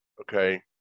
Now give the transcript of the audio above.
Okay